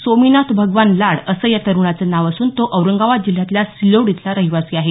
सोमीनाथ भगवान लाड असं या तरुणाचं नाव असून तो औरंगाबाद जिल्ह्यातल्या सिल्लोड इथला रहिवासी आहे